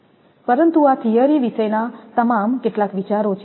પરંતુ આ થીયરી વિશેના તમારા કેટલાક વિચારો છે